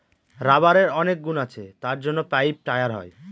রাবারের অনেক গুণ আছে তার জন্য পাইপ, টায়ার হয়